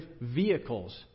vehicles